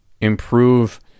improve